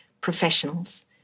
professionals